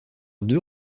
deux